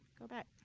go back.